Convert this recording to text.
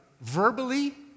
verbally